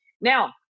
now